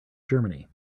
germany